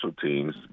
teams